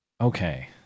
Okay